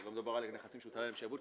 שלא מדובר על נכסים שהוטל עליהם שעבוד,